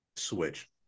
switch